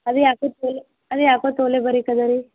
ಅದು ಯಾಕೋ ತೋಲೆ ಅದು ಯಾಕೋ ತೋಲೆ ಬರಿಕ ಅದ ರೀ